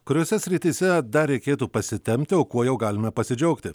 kuriose srityse dar reikėtų pasitempti o kuo jau galime pasidžiaugti